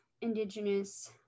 indigenous